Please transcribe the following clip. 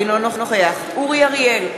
אינו נוכח אורי אריאל,